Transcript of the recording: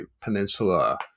Peninsula